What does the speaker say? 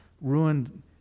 ruined